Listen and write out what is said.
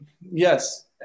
yes